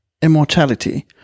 immortality